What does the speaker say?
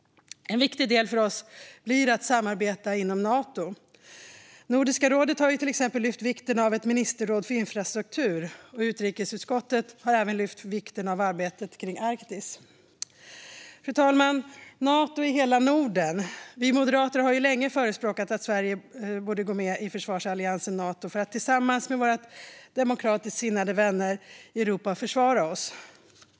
En viktig del för oss blir att samarbeta inom Nato. Nordiska rådet har till exempel lyft fram vikten av ett ministerråd för infrastruktur, och utrikesutskottet har lyft fram vikten av arbetet kring Arktis. Fru talman! När det gäller Nato i hela Norden har vi moderater länge förespråkat att Sverige borde gå med i försvarsalliansen Nato för att tillsammans med våra demokratiskt sinnade vänner i Europa försvara oss.